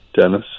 Dennis